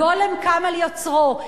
הגולם קם על יוצרו.